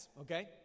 Okay